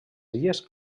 illes